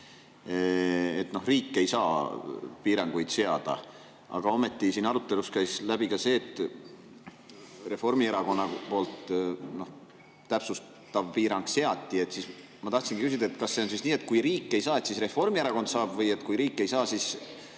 et riik ei saa piiranguid seada, aga ometi käis arutelust läbi ka see, et Reformierakonna poolt täpsustav piirang seati. Ma tahtsingi küsida, kas on nii, et kui riik ei saa, siis Reformierakond saab, või kui riik ei saa, siis